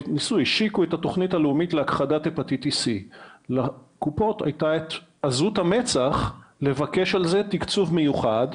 השיקו את התוכנית הלאומית להכחדת הפטיטיס C. לקופות הייתה את עזות המצח לבקש על זה תקצוב מיוחד.